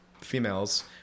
females